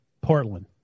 Portland